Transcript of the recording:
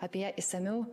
apie ją išsamiau